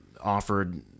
offered